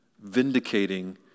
Vindicating